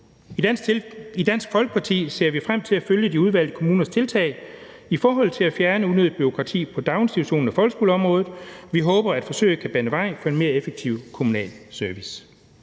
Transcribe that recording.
I Dansk Folkeparti ser vi frem til at følge de udvalgte kommuners tiltag i forhold til at fjerne unødigt bureaukrati på daginstitutions- og folkeskoleområdet. Vi håber, at forsøget kan bane vejen for en mere effektiv kommunal service.